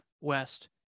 west